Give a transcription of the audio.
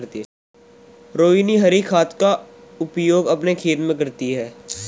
रोहिनी हरी खाद का प्रयोग अपने खेत में करती है